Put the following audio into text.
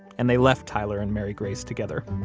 and they left tyler and mary grace together